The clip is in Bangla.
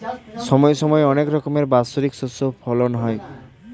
সময় সময় অনেক রকমের বাৎসরিক শস্য ফলন হয়